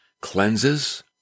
cleanses